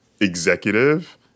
executive